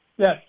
Yes